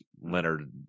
Leonard